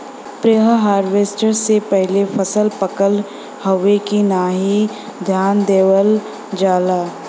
preharvest से पहिले फसल पकल हउवे की नाही ध्यान देवल जाला